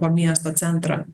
po miesto centrą